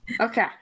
Okay